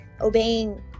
obeying